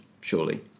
Surely